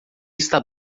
está